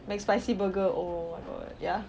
mcspicy burger oh my god ya